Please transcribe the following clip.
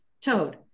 Toad